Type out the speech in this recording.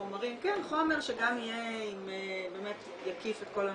חומרים, כן, חומר שיקיף את כל הנושאים.